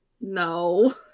No